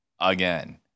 again